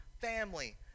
family